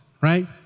Right